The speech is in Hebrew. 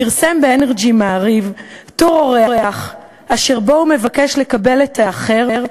פרסם ב'nrg מעריב' טור אורח אשר מבקש 'לקבל את האחר,